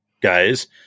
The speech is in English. guys